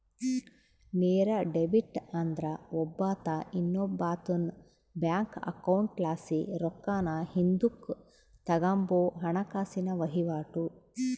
ನೇರ ಡೆಬಿಟ್ ಅಂದ್ರ ಒಬ್ಬಾತ ಇನ್ನೊಬ್ಬಾತುನ್ ಬ್ಯಾಂಕ್ ಅಕೌಂಟ್ಲಾಸಿ ರೊಕ್ಕಾನ ಹಿಂದುಕ್ ತಗಂಬೋ ಹಣಕಾಸಿನ ವಹಿವಾಟು